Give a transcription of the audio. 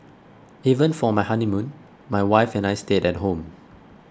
even for my honeymoon my wife and I stayed at home